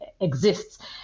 exists